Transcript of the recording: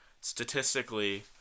statistically